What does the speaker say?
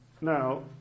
Now